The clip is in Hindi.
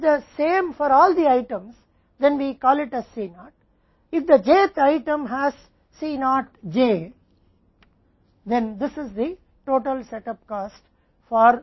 अब यदि C naught सभी आइटमों के लिए समान है तो हम इसे C naught कहते हैं यदि j th आइटम में C naught j है तो यह j th item C naught j 2 के लिए कुल सेटअप लागत है